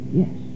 yes